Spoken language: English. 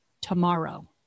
tomorrow